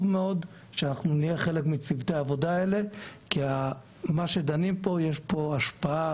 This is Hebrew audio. מאוד שנהיה חלק מצוותי העבודה כי לדיונים פה יש השפעה